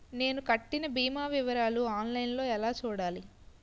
నేను కట్టిన భీమా వివరాలు ఆన్ లైన్ లో ఎలా చూడాలి?